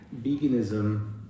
veganism